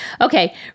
Okay